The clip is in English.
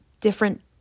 different